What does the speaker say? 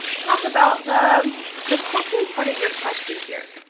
talk about the the second part of your question here.